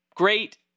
great